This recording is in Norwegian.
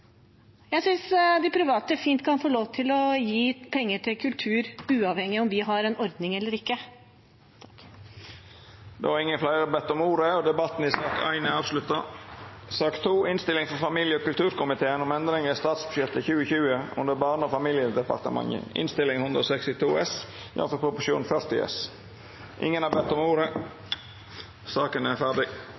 Jeg synes de private fint kan få lov til å gi penger til kultur uavhengig av om vi har en ordning eller ikke. Fleire har ikkje bedt om ordet til sak nr. 1. Ingen har bedt om ordet. Ingen har bedt om ordet. Ingen har bedt om ordet. Etter ønske frå helse- og